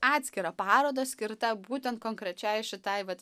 atskirą parodą skirtą būtent konkrečiai šitai vat